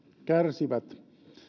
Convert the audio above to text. kärsivät